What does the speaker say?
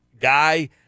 guy